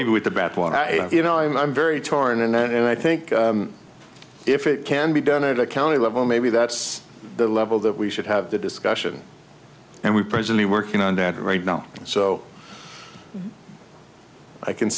bathwater you know i'm i'm very torn and i think if it can be done at a county level maybe that's the level that we should have the discussion and we presently working on that right now so i can